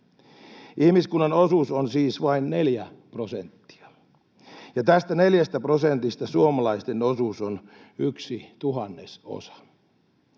Ihmiskunnan osuus on siis vain 4 prosenttia, ja tästä 4 prosentista suomalaisten osuus on yksi tuhannesosa.